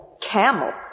camel